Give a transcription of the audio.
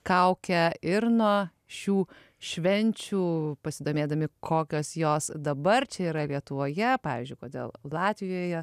kaukę ir nuo šių švenčių pasidomėdami kokios jos dabar čia yra lietuvoje pavyzdžiui kodėl latvijoje